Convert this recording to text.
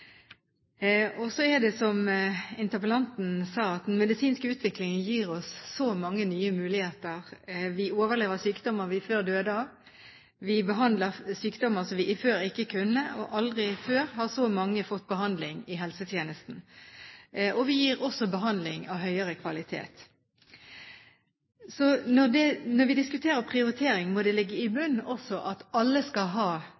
Så er det, som interpellanten sa, slik at den medisinske utviklingen gir oss så mange nye muligheter. Vi overlever sykdommer vi før døde av, vi behandler sykdommer som vi før ikke kunne behandle, og aldri før har så mange fått behandling i helsetjenesten. Vi gir også behandling av høyere kvalitet. Når vi diskuterer prioritering, må det også ligge i bunnen at alle skal ha